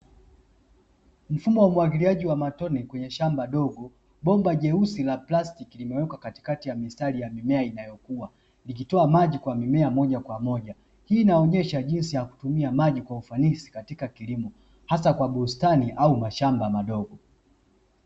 Mfumo wa umwagiliaji wa matone kwenye shamba dogo, bomba jeusi la plastiki limewekwa katikati ya mistari ya mimea inayokua ikitoa maji kwa mimea moja kwa moja. Hii inaonyesha jinsi ya kutumia maji kwa ufanisi katika kilimo hasa kwenye bustani au mashamba madogo.